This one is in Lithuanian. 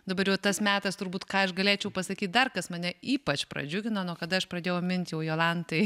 dabar jau tas metas turbūt ką aš galėčiau pasakyt dar kas mane ypač pradžiugino nuo kada aš pradėjau mint jau jolantai